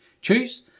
choose